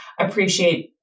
appreciate